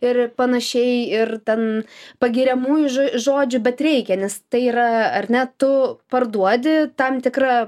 ir panašiai ir ten pagiriamųjų žodžių bet reikia nes tai yra ar ne tu parduodi tam tikrą